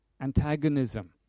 antagonism